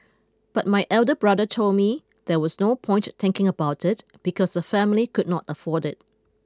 but my elder brother told me there was no point thinking about it because the family could not afford it